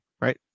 right